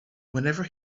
whenever